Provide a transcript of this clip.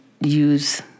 use